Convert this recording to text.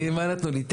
אני, מה נתנו לי?